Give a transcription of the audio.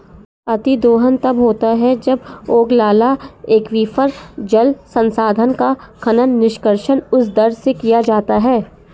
अतिदोहन तब होता है जब ओगलाला एक्वीफर, जल संसाधन का खनन, निष्कर्षण उस दर से किया जाता है